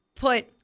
put